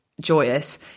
joyous